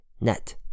net